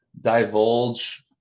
divulge